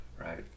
right